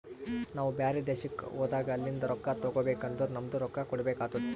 ನಾವು ಬ್ಯಾರೆ ದೇಶ್ಕ ಹೋದಾಗ ಅಲಿಂದ್ ರೊಕ್ಕಾ ತಗೋಬೇಕ್ ಅಂದುರ್ ನಮ್ದು ರೊಕ್ಕಾ ಕೊಡ್ಬೇಕು ಆತ್ತುದ್